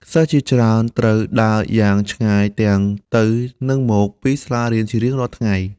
សិស្សជាច្រើនត្រូវដើរយ៉ាងឆ្ងាយទាំងទៅនិងមកពីសាលារៀនជារៀងរាល់ថ្ងៃ។